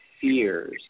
fears